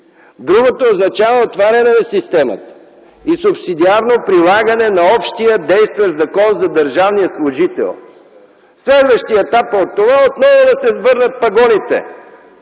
Другото означава отваряне на системата и субсидиарно прилагане на общия действащ Закон за държавния служител. Следващият етап от това е отново да се върнат пагоните,